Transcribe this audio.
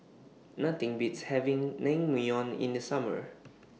Nothing Beats having Naengmyeon in The Summer